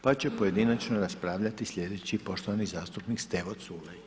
Pa će pojedinačno raspravljati sljedeći, poštovani zastupnik Stevo Culej.